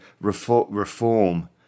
reform